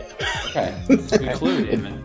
Okay